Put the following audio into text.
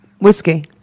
whiskey